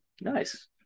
nice